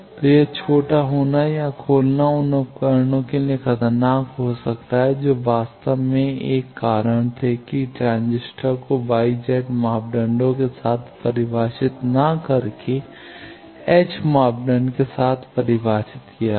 तो यह छोटा होना या खोलना उन उपकरणों के लिए खतरनाक हो सकता है जो वास्तव में 1 कारण थे कि ट्रांजिस्टर को Y Z मापदंडों के साथ परिभाषित ना करके h मापदंड के साथ परिभाषित किया गया